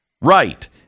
right